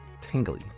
tingly